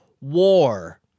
War